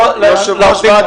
יושב ראש ועד